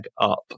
Up